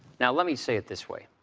now let me say it this way.